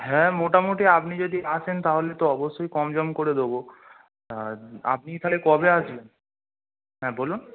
হ্যাঁ মোটামোটি আপনি যদি আসেন তাহলে তো অবশ্যই কম জম করে দোবো আপনি তাহলে কবে আসবেন হ্যাঁ বলুন